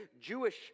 Jewish